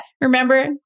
remember